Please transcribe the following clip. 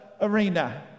arena